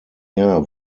jahr